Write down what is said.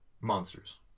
Monsters